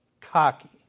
cocky